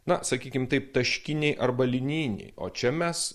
na sakykim taip taškiniai arba linijiniai o čia mes